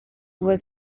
was